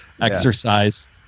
exercise